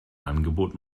angebot